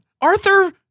Arthur